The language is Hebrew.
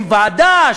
עם ועדה,